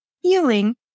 healing